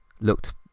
looked